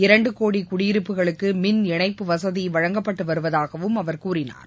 இரண்டு கோடி குடியிருப்புகளுக்கு மின்இணைப்பு வசதி வழங்கப்பட்டு இருப்பதாகவும் அவர் கூறினார்